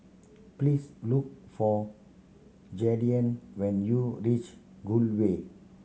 please look for Jaidyn when you reach Gul Way